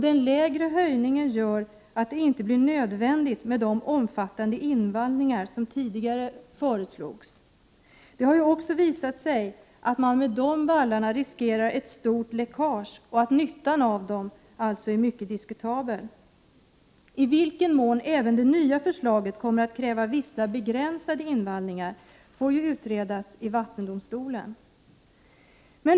Den lägre höjningen gör att det inte blir nödvändigt med omfattande invallningar — som tidigare föreslagits. Det har också visat sig att man med sådana vallar riskerar ett stort läckage och att nyttan med dem är mycket diskutabel. I vilken mån även det nya förslaget kommer att kräva vissa begränsade invallningar får utredas i vattendomstolen.